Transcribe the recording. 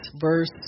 verse